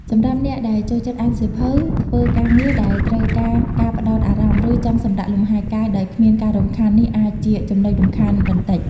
សម្រាប់អ្នកដែលចូលចិត្តអានសៀវភៅ ធ្វើការងារដែលត្រូវការការផ្តោតអារម្មណ៍ ឬចង់សម្រាកលំហែកាយដោយគ្មានការរំខាន នេះអាចជា ចំណុចរំខានបន្តិច។